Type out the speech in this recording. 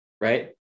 right